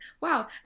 wow